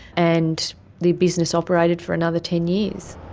and the business operated for another ten years.